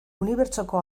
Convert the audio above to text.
unibertsoko